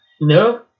No